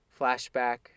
flashback